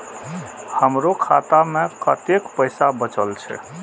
हमरो खाता में कतेक पैसा बचल छे?